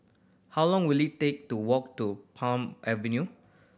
how long will it take to walk to Palm Avenue